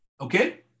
okay